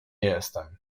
jestem